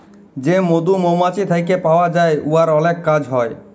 যে মধু মমাছি থ্যাইকে পাউয়া যায় উয়ার অলেক কাজ হ্যয়